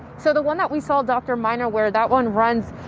so the one that we saw doctor minor where that one runs.